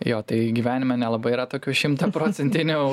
jo tai gyvenime nelabai yra tokių šimtaprocentinių